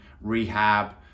rehab